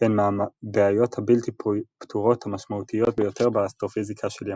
הן מהבעיות הבלתי פתורות המשמעותיות ביותר באסטרופיזיקה של ימינו.